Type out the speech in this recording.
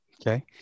Okay